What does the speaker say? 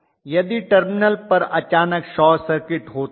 यदि टर्मिनल पर अचानक शॉर्ट सर्किट होता है